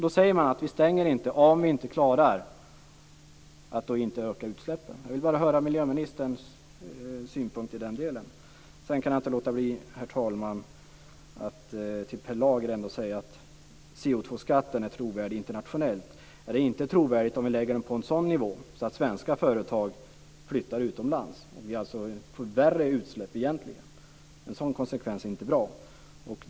Då säger man att man inte ska stänga om vi inte klarar att inte öka utsläppen. Jag vill bara höra vad miljöministern har för synpunkt i den delen. Herr talman! Sedan kan jag inte låta bli att till Per lager säga att CO2-skatten är trovärdig internationellt. Men det är inte trovärdigt om den läggs på en sådan nivå att svenska företag flyttar utomlands och utsläppen förvärras. En sådan konsekvens är inte bra.